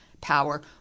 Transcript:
power